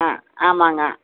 ஆ ஆமாங்க